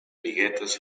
biguetes